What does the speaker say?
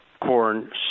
corn